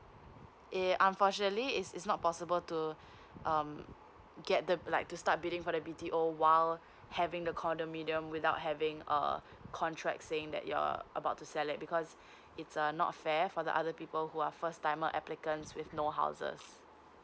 eh unfortunately it's it's not possible to um get the like to start bidding for the B T O while having the condominium without having a contract saying that you're err about to sell it because it's err not fair for the other people who are first timer applicants with no houses